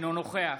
אינו נוכח